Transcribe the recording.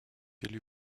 élu